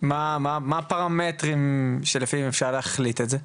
מה הפרמטרים שלפיהם אפשר להחליט את זה?